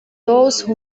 those